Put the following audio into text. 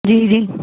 जी जी